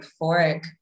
euphoric